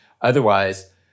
Otherwise